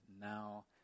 now